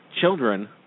children